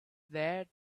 there